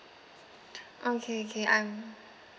okay okay I'm